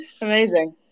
amazing